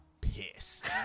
pissed